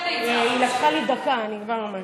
כשלי צועקים, היא לקחה לי דקה, אני כבר אומרת.